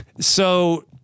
So-